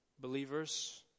believers